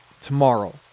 tomorrow